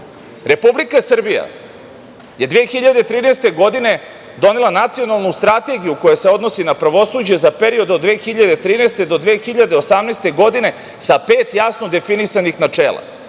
Republika Srbija je 2013. godine donela Nacionalnu strategiju koja se odnosi na pravosuđe za period od 2013. do 2018. godine sa pet jasno definisanih načela,